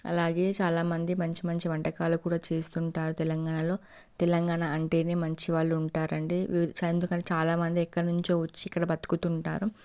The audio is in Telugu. అలాగే చాలా మంది మంచి మంచి వంటకాలు కూడా చేస్తుంటారు తెలంగాణలో తెలంగాణ అంటేనే మంచి వాళ్ళు ఉంటారు అండి చాలా మంది ఇక్కడి నుంచి వచ్చి ఇక్కడ బతుకుతుంటారు